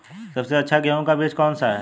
सबसे अच्छा गेहूँ का बीज कौन सा है?